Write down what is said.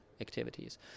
activities